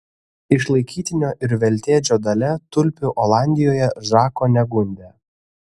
išlaikytinio ir veltėdžio dalia tulpių olandijoje žako negundė